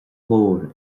mhór